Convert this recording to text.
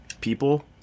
people